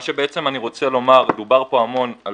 מה שאני רוצה לומר דובר פה המון על